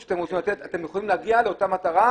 אתם יכולים להגיע לאותה מטרה,